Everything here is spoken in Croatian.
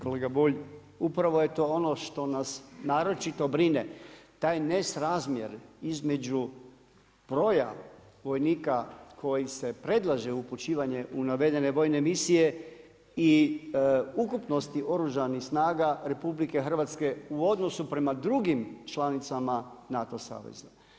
Kolega Bulj, upravo je to ono što nas naročito brine, taj nesrazmjer između broja vojnika koji se predlaže u upućivanje u navedene vojne misije i ukupnost oružanih snaga RH, u odnosu prema drugim članicama NATO saveza.